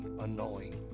annoying